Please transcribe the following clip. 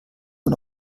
und